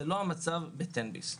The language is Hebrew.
זה לא המצב בתן ביס.